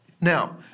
Now